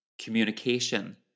communication